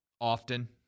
often